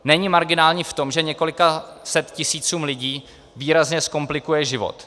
Není marginální v tom, že několika statisícům lidí výrazně zkomplikuje život.